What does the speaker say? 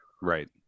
Right